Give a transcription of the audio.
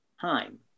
time